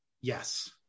Yes